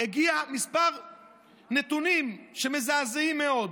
הגיעו כמה נתונים מזעזעים מאוד.